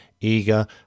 eager